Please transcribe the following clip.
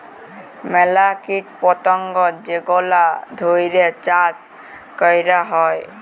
ম্যালা কীট পতঙ্গ যেগলা ধ্যইরে চাষ ক্যরা হ্যয়